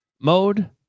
mode